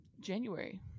January